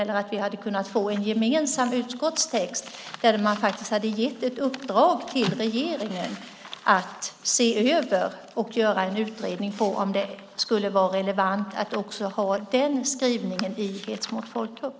Eller varför kunde vi inte få en gemensam utskottstext där man faktiskt hade gett ett uppdrag till regeringen att se över och göra en utredning av om det skulle vara relevant att också ha den skrivningen när det gäller hets mot folkgrupp?